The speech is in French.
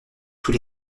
tous